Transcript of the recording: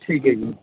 ਠੀਕ ਹੈ ਜੀ